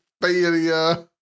failure